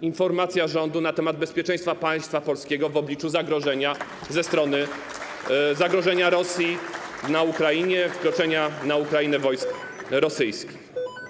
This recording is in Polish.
informacja rządu na temat bezpieczeństwa państwa polskiego w obliczu zagrożenia ze strony Rosji na Ukrainie, w obliczu wkroczenia na Ukrainę wojsk rosyjskich.